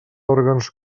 òrgans